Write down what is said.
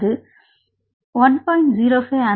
அது 1